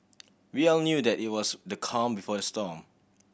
we all knew that it was the calm before the storm